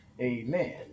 amen